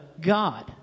God